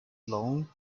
long